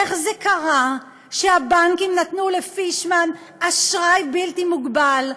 איר קרה שהבנקים נתנו לפישמן אשראי בלתי מוגבל,